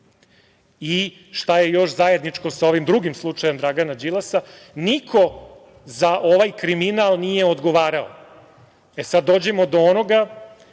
je još zajedničko sa ovim drugim slučajem Dragana Đilasa? Niko za ovaj kriminal nije odgovarao. E sad, dolazimo do onoga